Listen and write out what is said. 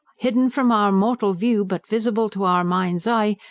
hidden from our mortal view, but visible to our mind's eye,